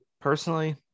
Personally